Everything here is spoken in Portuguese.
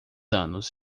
anos